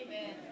Amen